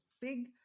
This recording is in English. big